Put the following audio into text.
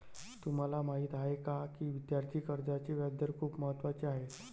तुम्हाला माहीत आहे का की विद्यार्थी कर्जाचे व्याजदर खूप महत्त्वाचे आहेत?